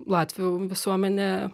latvių visuomenė